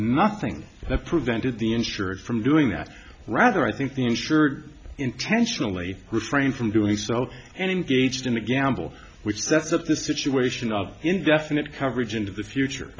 nothing that prevented the insurers from doing that rather i think the insurer intentionally refrain from doing so and engaged in a gamble which sets up the situation of indefinite coverage into the future